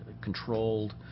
controlled